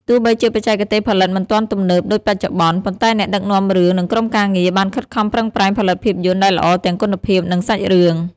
ទោះបីជាបច្ចេកទេសផលិតមិនទាន់ទំនើបដូចបច្ចុប្បន្ន ប៉ុន្តែអ្នកដឹកនាំរឿងនិងក្រុមការងារបានខិតខំប្រឹងប្រែងផលិតភាពយន្តដែលល្អទាំងគុណភាពនិងសាច់រឿង។